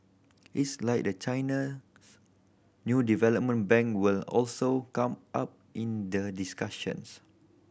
it's likely that China new development bank will also come up in the discussions